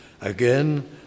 again